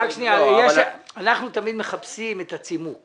רק שנייה, אנחנו תמיד מחפשים את הצימוק.